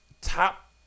top